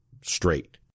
straight